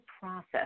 process